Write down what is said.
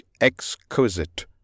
exquisite